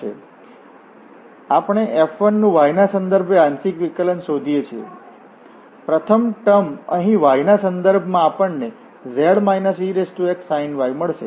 તેથી અમે F1 નું y ના સંદર્ભે આંશિક વિકલન શોધીએ છીએ તેથી પ્રથમ ટર્મ અહીં y ના સંદર્ભમાં આપણને z exsin y મળશે